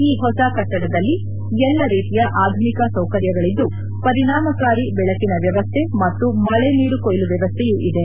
ಈ ಹೊಸ ಕಟ್ವಡದಲ್ಲಿ ಎಲ್ಲ ರೀತಿಯ ಆಧುನಿಕ ಸೌಕರ್ಯಗಳಿದ್ದು ಪರಿಣಾಮಕಾರಿ ಬೆಳಕಿನ ವ್ಯವಸ್ಠೆ ಮತ್ತು ಮಳಿ ನೀರು ಕೊಯ್ಲು ವ್ಯವಸ್ಥೆಯೂ ಇದೆ